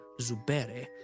Zubere